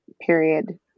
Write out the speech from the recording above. period